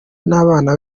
n’abana